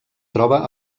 troba